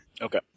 Okay